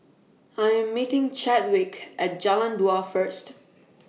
I Am meeting Chadwick At Jalan Dua First